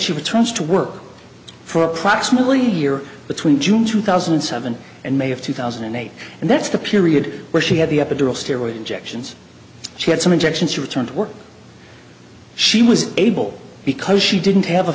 returns to work for approximately a year between june two thousand and seven and may of two thousand and eight and that's the period where she had the epidural steroid injections she had some injections to return to work she was able because she didn't have a